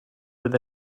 with